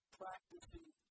practicing